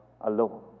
alone